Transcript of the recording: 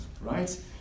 right